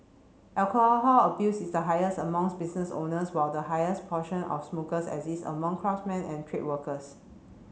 alcohol abuse is the highest among business owners while the highest portion of smokers exists among craftsmen and trade workers